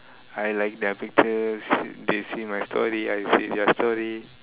I like their pictures they see my story I see their story